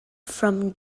from